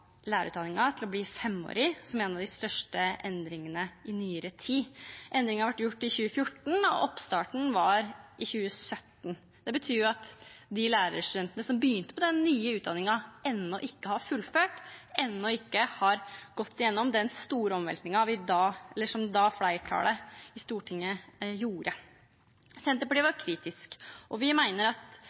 lærerutdanningen til å bli femårig, som en av de største endringene i nyere tid. Endringen ble gjort i 2014, og oppstarten var i 2017. Det betyr at de lærerstudentene som begynte på den nye utdanningen, ennå ikke har fullført, ennå ikke har gått igjennom den store omveltningen som flertallet i Stortinget sørget for. Senterpartiet var kritisk, og vi mener at